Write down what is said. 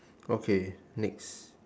okay next